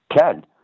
Ken